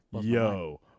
Yo